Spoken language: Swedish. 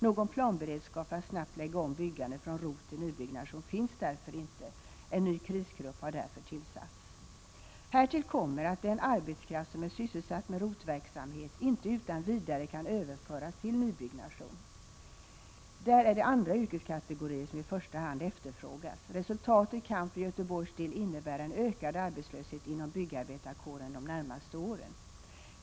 Någon planberedskap för att snabbt lägga om byggandet från ROT till nybyggnation finns inte. En ny krisgrupp har därför tillsatts. Härtill kommer att den arbetskraft som är sysselsatt med ROT-verksamhet inte utan vidare kan överföras till nybyggnation. Där är det andra yrkeskategorier som i första hand efterfrågas. Resultatet kan för Göteborgs del bli en ökad arbetslöshet inom byggarbetarkåren de närmaste åren.